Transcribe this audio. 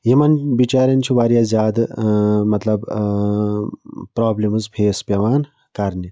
یِمَن بِچیٛارٮ۪ن چھِ واریاہ زیادٕ مطلب پرٛابلِمٕز فیس پٮ۪وان کَرنہِ